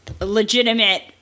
legitimate